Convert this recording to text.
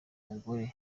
mugore